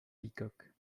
bicoque